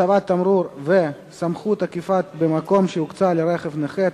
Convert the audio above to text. הצבת תמרור וסמכות אכיפה במקום שהוקצה לרכב נכה),